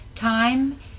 time